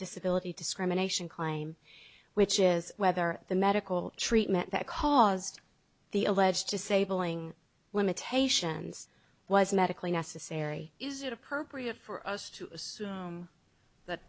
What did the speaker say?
disability discrimination claim which is whether the medical treatment that caused the alleged disabling limitations was medically necessary is it appropriate for us to assume that